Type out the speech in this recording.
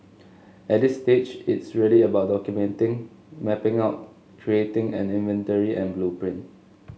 at this stage it's really about documenting mapping out creating an inventory and blueprint